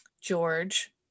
George